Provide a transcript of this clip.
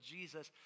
Jesus